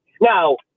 now